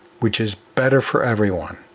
which is better for everyone.